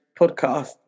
podcast